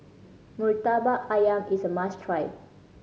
Murtabak Ayam is a must try